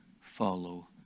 follow